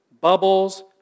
bubbles